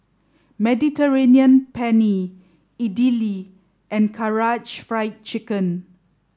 Mediterranean Penne Idili and Karaage Fried Chicken